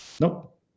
Nope